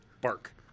Bark